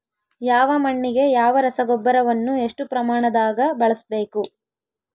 ಯಾವ ಮಣ್ಣಿಗೆ ಯಾವ ರಸಗೊಬ್ಬರವನ್ನು ಎಷ್ಟು ಪ್ರಮಾಣದಾಗ ಬಳಸ್ಬೇಕು?